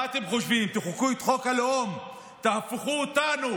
מה אתם חושבים, תחוקקו את חוק הלאום, תהפכו אותנו